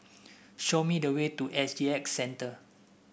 show me the way to S G X Centre